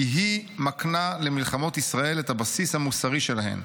כי היא מקנה למלחמות ישראל את הבסיס המוסרי שלהן.